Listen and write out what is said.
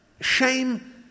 Shame